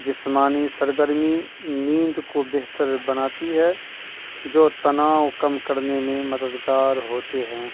جسمانی سرگرمی نیند کو بہتر بناتی ہے جو تناؤ کم کرنے میں مددگار ہوتے ہیں